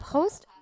Post